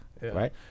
right